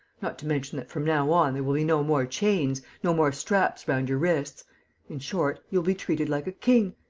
not to mention that, from now on, there will be no more chains, no more straps round your wrists in short, you will be treated like a king!